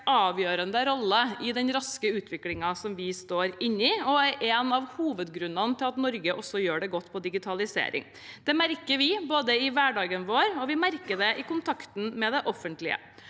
avgjørende rolle i den raske utviklingen vi står i, og er en av hovedgrunnene til at Norge også gjør det godt på digitalisering. Det merker vi i hverdagen vår, og vi merker det i kontakten med det offentlige.